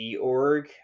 org